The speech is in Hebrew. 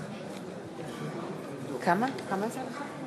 התשע"ה 2015,